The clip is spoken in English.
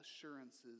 assurances